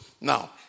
now